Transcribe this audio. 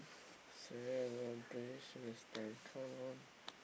celebration time come on